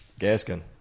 Gaskin